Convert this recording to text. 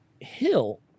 hill